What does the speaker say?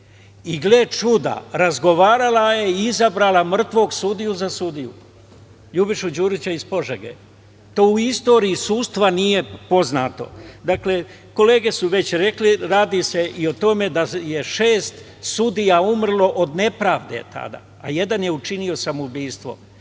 Gle čuda, razgovarala je i izabrala mrtvog sudiju za sudiju, Ljubišu Đurića iz Požege. To u istoriji sudstva nije poznato. Dakle, kolege su već rekle, radi se i o tome da je šest sudija umrlo od nepravde tada, a jedan je učinio samoubistvo.